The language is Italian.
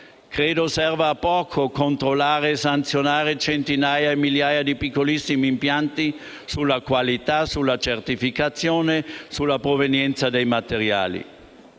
Credo serva a poco controllare e sanzionare centinaia e migliaia di piccolissimi impianti sulla qualità, sulla certificazione e la provenienza dei materiali;